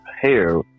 hair